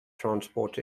transport